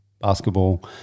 Basketball